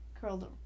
curled